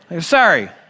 Sorry